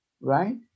right